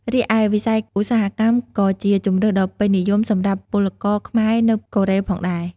រីឯវិស័យឧស្សាហកម្មក៏ជាជម្រើសដ៏ពេញនិយមសម្រាប់ពលករខ្មែរនៅកូរ៉េផងដែរ ។